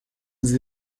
des